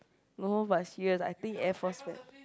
no but serious I think Air Force bet~